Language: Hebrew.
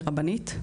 לרבנית,